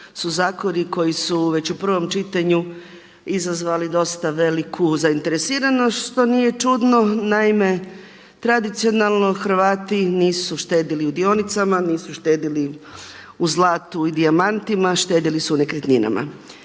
su zakoni koji su već u prvom čitanju izazvali dosta veliku zainteresiranost. To nije čudno, naime, tradicionalno Hrvati nisu štedjeli u dionicama, nisu štedjeli u zlatu i dijamantima, štedjeli su u nekretninama.